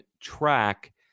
track